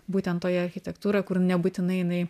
būtent toje architektūroj kur nebūtinai jinai